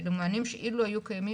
אלו מענים שאילו היו קיימים,